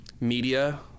media